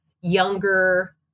younger